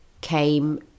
came